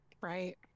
Right